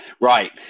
Right